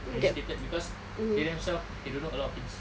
agitated cause they themselves they don't know a lot of things